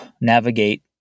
navigate